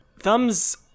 thumbs